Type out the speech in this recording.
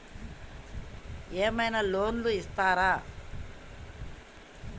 ఏమైనా లోన్లు ఇత్తరా?